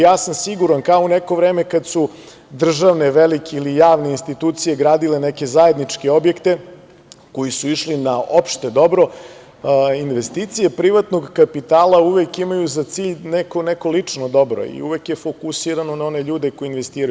Ja sam siguran, kao u neko vreme kada su državne velike ili javne institucije gradile neke zajedničke objekte koji su išli na opšte dobro, investicije privatnog kapitala uvek imaju za cilj neko lično dobro i uvek je fokusirano na one ljudi koji investiraju.